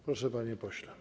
Proszę, panie pośle.